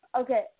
Okay